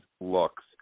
looks